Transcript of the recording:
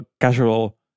casual